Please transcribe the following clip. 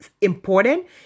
important